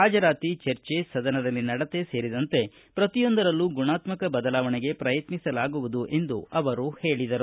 ಹಾಜರಾತಿ ಚರ್ಚೆ ಸದನದಲ್ಲಿ ನಡತೆ ಸೇರಿದಂತೆ ಪ್ರತಿಯೊಂದರಲ್ಲೂ ಗುಣಾತ್ಮಕ ಬದಲಾವಣೆಗೆ ಪ್ರಯತ್ನಿಸಲಾಗುವುದು ಎಂದು ಅವರು ಹೇಳಿದರು